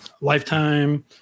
lifetime